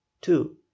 two